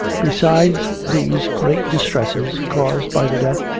besides these great distresses, caused by the death,